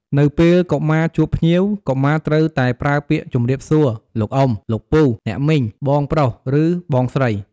នៅពេលកុមារជួបភ្ញៀវ កុមារត្រូវតែប្រើពាក្យ ជម្រាបសួរ លោកអ៊ុំ លោកពូ អ្នកមីង បងប្រុសឬបងស្រី។